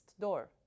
door